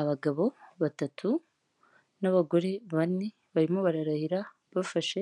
Abagabo batatu n'abagore bane, barimo bararahira bafashe